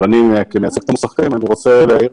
אני מייצג כאן את המוסכים ואני רוצה להאיר